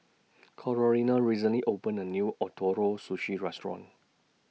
Corinna recently opened A New Ootoro Sushi Restaurant